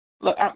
Look